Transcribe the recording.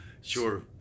sure